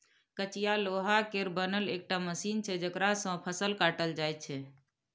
कचिया लोहा केर बनल एकटा मशीन छै जकरा सँ फसल काटल जाइ छै